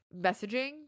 messaging